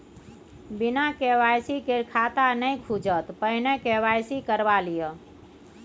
बिना के.वाई.सी केर खाता नहि खुजत, पहिने के.वाई.सी करवा लिअ